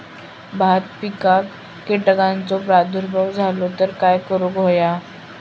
भात पिकांक कीटकांचो प्रादुर्भाव झालो तर काय करूक होया?